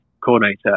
coordinator